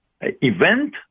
event